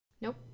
Nope